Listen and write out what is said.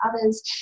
others